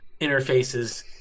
interfaces